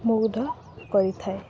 ମୁଗ୍ଧ କରିଥାଏ